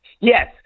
Yes